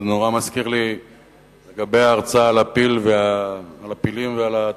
וזה נורא מזכיר לי לגבי ההרצאה על הפילים ועל התולעים.